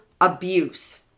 abuse